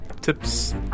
tips